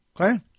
okay